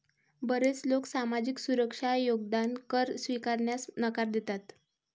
बरेच लोक सामाजिक सुरक्षा योगदान कर स्वीकारण्यास नकार देतात